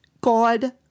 God